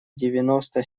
девяносто